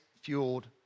fueled